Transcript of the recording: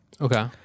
Okay